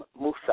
Musa